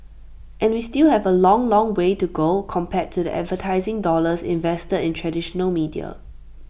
and we still have A long long way to go compared to the advertising dollars invested in traditional media